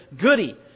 goody